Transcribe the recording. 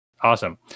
Awesome